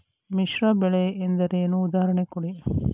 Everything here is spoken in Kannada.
ಮಿಶ್ರ ಬೆಳೆ ಎಂದರೇನು, ಉದಾಹರಣೆ ಕೊಡಿ?